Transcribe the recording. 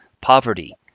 poverty